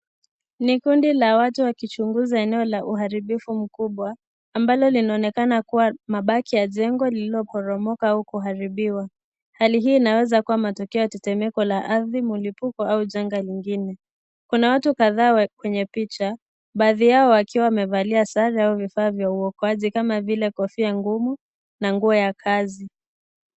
Ni kundi la watu wakichunguza eneo la uharibifu mkubwa, ambalo linaonekana kuwa mabaki ya jengo lililoporomoka na kuharibiwa. Hali hii inaweza kuwa matokeo ya tetemeko la ardhi, mlipuko au changa lingine. Kuna watu kadhaa kwenye picha, baadhi yao wakiwa wamevalia sare au vifaa vya uokoaji kama vile, kofia ngumu na nguo ya kazi.